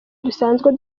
dusanzwe